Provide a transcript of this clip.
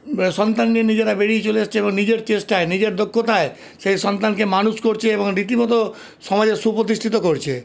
সন্তান নিয়ে নিজেরা বেরিয়ে চলে এসছে এবং নিজের চেষ্টায় নিজের দক্ষতায় সেই সন্তানকে মানুষ করছে এবং রীতিমতো সমাজে সুপ্রতিষ্ঠিত করছে